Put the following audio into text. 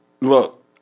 look